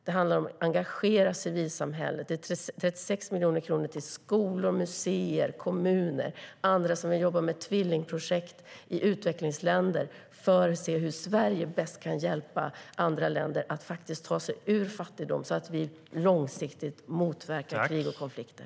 Det handlar om att engagera civilsamhället. Det är 36 miljoner kronor till skolor, museer, kommuner och andra som vill jobba med tvillingprojekt i utvecklingsländer för att se hur Sverige bäst kan hjälpa andra länder att ta sig ur fattigdom så att vi långsiktigt motverkar krig och konflikter.